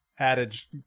Adage